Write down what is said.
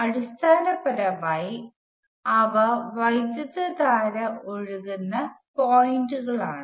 അടിസ്ഥാനപരമായി അവ വൈദ്യുതധാര ഒഴുകുന്ന പോയിന്റുകളാണ്